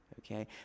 Okay